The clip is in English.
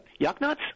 Yucknuts